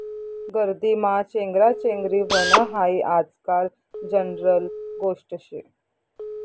गर्दीमा चेंगराचेंगरी व्हनं हायी आजकाल जनरल गोष्ट शे